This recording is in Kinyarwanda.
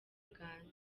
uganda